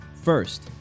First